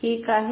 ठीक आहे